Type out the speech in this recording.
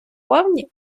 повні